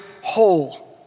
whole